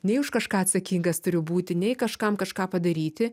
nei už kažką atsakingas turi būti nei kažkam kažką padaryti